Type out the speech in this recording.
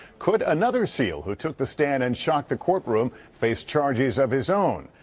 could another seal who took the stand and shocked the courtroom face charges of his own?